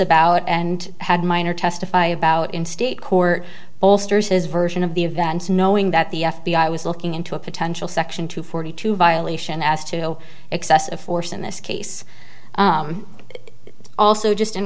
about and had minor testify about in state court bolsters his version of the events knowing that the f b i was looking into a potential section two forty two violation as to excessive force in this case also just in